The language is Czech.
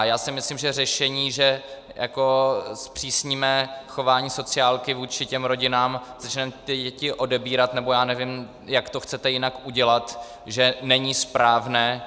Já si myslím, že řešení, že jako zpřísníme chování sociálky vůči těm rodinám, začneme ty děti odebírat, nebo já nevím, jak to chcete jinak udělat, není správné.